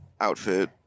outfit